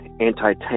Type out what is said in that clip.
anti-tank